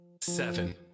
seven